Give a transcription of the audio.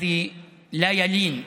שאינה מתגמשת